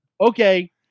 okay